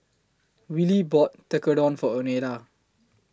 Wylie bought Tekkadon For Oneida